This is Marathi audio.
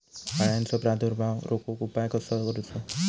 अळ्यांचो प्रादुर्भाव रोखुक उपाय कसो करूचो?